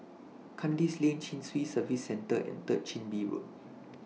Kandis Lane Chin Swee Service Centre and Third Chin Bee Road